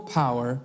power